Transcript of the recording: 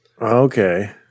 Okay